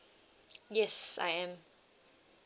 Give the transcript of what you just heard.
yes I am